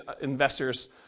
investors